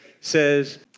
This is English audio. says